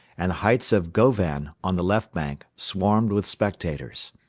and the heights of govan, on the left bank, swarmed with spectators.